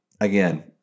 again